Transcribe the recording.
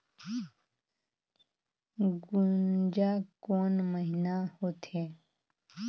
गुनजा कोन महीना होथे?